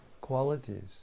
qualities